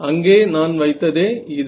அங்கே நான் வைத்ததே இது